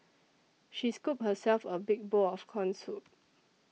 she scooped herself a big bowl of Corn Soup